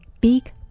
big